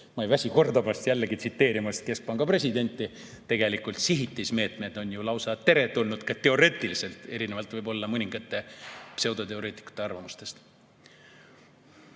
ma ei väsi kordamast ja jällegi tsiteerimast keskpanga presidenti: tegelikult sihitud meetmed on ju lausa teretulnud ka teoreetiliselt, erinevalt võib-olla mõningate pseudoteoreetikute arvamusest.